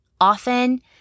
Often